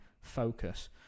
focus